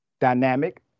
dynamic